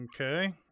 Okay